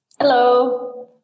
Hello